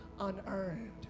unearned